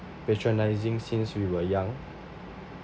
patronising since we were young